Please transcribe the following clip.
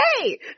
hey